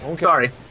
Sorry